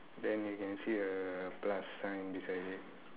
then you can see a plus sign beside it